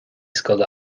scoile